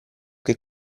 che